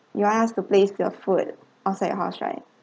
you want us to place your food outside your house right